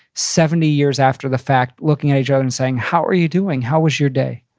seventy years after the fact looking at each and saying, how are you doing? how was your day?